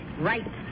Right